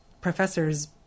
professors